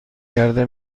کرده